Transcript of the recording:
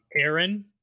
Aaron